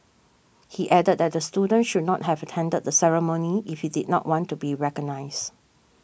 he added that the student should not have attended the ceremony if he did not want to be recognised